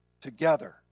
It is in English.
together